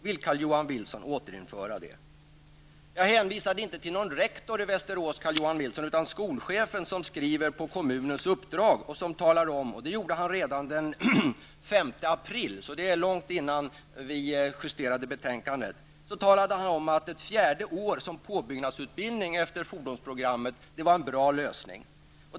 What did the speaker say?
Vill Carl-Johan Wilson återinföra det systemet? Jag hänvisade inte till någon rektor i Västerås, Carl Johan Wilson. Det var skolchefen som på kommunens uppdrag redan den 5 april -- långt innan betänkandet justerade -- uttalades att det var en bra lösning med ett fjärde år som påbyggnadsutbildning efter fordonsprogrammet.